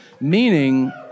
Meaning